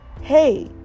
hey